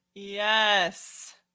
yes